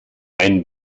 ein